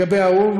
האו"ם,